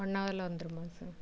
one ஹவரில் வந்துடுமா sir